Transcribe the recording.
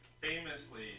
famously